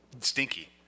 stinky